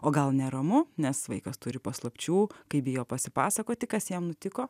o gal neramu nes vaikas turi paslapčių kai bijo pasipasakoti kas jam nutiko